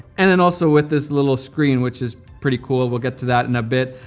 and then also with this little screen, which is pretty cool. we'll get to that in a bit.